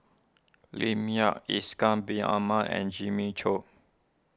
Lim Yau Ishak Bin Ahmad and Jimmy Chok